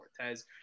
Cortez